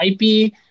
ip